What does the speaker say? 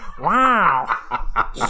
Wow